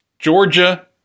Georgia